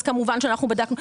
וכבמובן שבדקנו.